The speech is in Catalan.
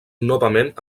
novament